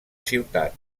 ciutat